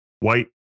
White